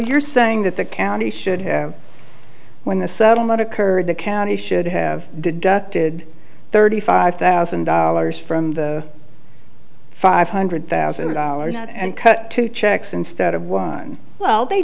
you're saying that the county should have when the settlement occurred the county should have deducted thirty five thousand dollars from the five hundred thousand dollars and cut two checks instead of one well they